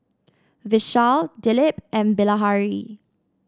Vishal Dilip and Bilahari